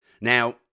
Now